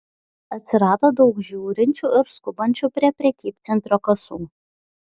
atsirado daug žiūrinčių ir skubančių prie prekybcentrio kasų